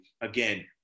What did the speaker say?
again